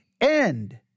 end